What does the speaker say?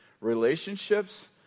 relationships